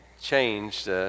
changed